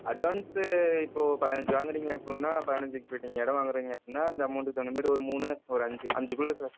advance இப்போ பதனஞ்சு வாங்கறீங்க அப்புடினா பதினஞ்சு இப்போ நீங்கள் இடம் வாங்குறீங்க அப்புடினா அந்த அமௌண்டுக்கு தகுந்த மாதிரி ஒரு மூணு ஒரு அஞ்சு அஞ்சுக் குள்ளே சார்